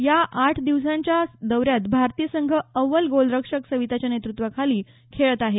या आठ दिवसांच्या दौऱ्यात भारतीय संघ अव्वल गोलरक्षक सविताच्या नेतृत्वाखाली खेळत आहे